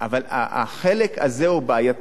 אבל החלק הזה הוא בעייתי.